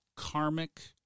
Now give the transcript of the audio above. karmic